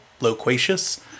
Loquacious